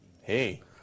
hey